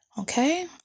Okay